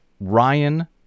Ryan